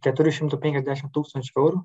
keturių šimtų penkiasdešim tūkstančių eurų